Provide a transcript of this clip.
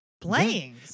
playing